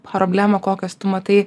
problemą kokias tu matai